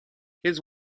his